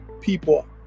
people